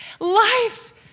life